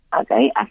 Okay